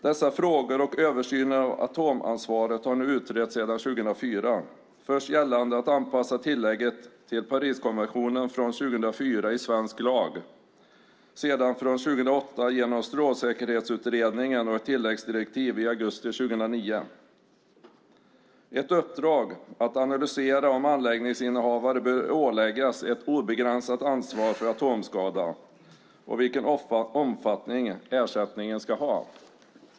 Dessa frågor och översynen av atomansvaret har nu utretts sedan 2004, först gällande att anpassa tillägget till Pariskonventionen från 2004 till svensk lag och sedan från 2008 genom Strålsäkerhetsutredningen och ett tilläggsdirektiv i augusti 2009 - ett uppdrag att analysera om anläggningsinnehavare bör åläggas ett obegränsat ansvar för atomskada och vilken omfattning ersättningen ska ha.